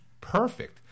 perfect